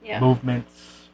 movements